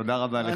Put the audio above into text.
תודה רבה לך.